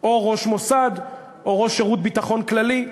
או ראש המוסד, או ראש שירות הביטחון הכללי.